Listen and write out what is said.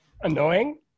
Annoying